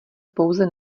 pouze